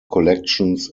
collections